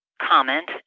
comment